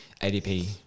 ADP